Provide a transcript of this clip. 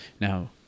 Now